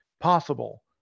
possible